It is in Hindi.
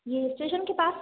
यह स्टेशन के पास